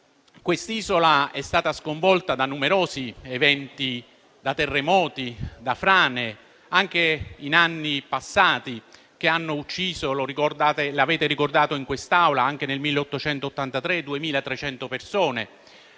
quest'isola è stata sconvolta da numerosi eventi, da terremoti e frane anche in anni passati, che hanno ucciso - l'avete ricordato in quest'Aula - nel 1883 2.300 persone,